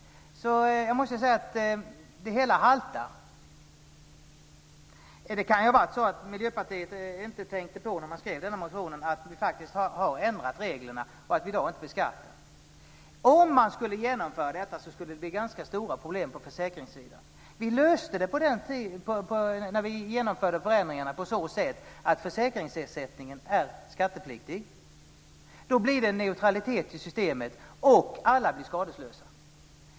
Det hela haltar. Det kan vara så att Miljöpartiet när det skrev motionen inte tänkte på att vi har ändrat reglerna och att vi i dag inte beskattar. Om man skulle genomföra detta skulle det bli ganska stora problem på försäkringssidan. Vi löste det när vi genomförde förändringarna på så sätt att försäkringsersättningen är skattepliktig. Då blir det neutralitet i systemet och alla blir skadeslösa.